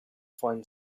find